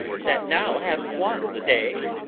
that now hath wonne the day